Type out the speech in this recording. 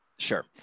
Sure